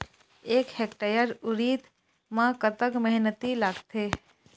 एक हेक्टेयर उरीद म कतक मेहनती लागथे?